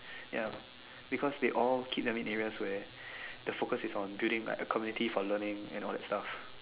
ya because they all keep their main areas where the focus is on building like community for learning and all that stuff